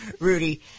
Rudy